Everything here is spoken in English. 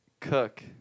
Cook